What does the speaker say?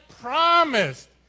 promised